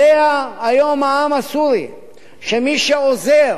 יודע היום העם הסורי שמי שעוזר